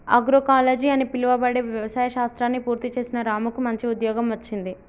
agroecology అని పిలువబడే వ్యవసాయ శాస్త్రాన్ని పూర్తి చేసిన రాముకు మంచి ఉద్యోగం వచ్చింది